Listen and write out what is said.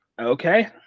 Okay